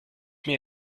mir